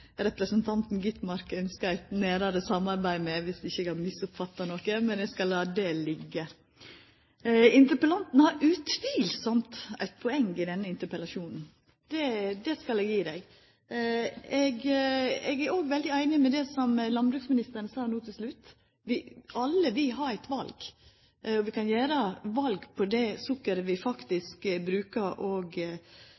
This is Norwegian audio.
representanten Skovholt Gitmark ønskjer eit nærare samarbeid med, viss eg ikkje har misoppfatta noko. Men eg skal la det liggja. Interpellanten har utvilsamt eit poeng i denne interpellasjonen – det skal eg gi han. Eg er òg veldig einig i det som landbruksministeren sa no til slutt. Alle vi har eit val, vi kan gjera val når det gjeld kva for sukker vi